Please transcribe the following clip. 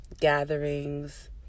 gatherings